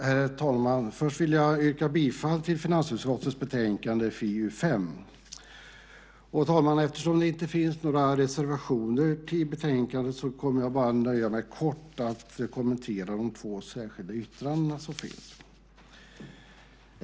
Herr talman! Först vill jag yrka bifall till finansutskottets förslag i betänkandet FiU5. Eftersom det inte finns några reservationer till betänkandet, herr talman, kommer jag att nöja mig med att bara kort kommentera de två särskilda yttranden som finns.